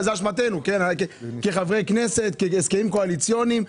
זאת אשמתנו כחברי כנסת, כהסכמים קואליציוניים.